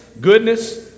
goodness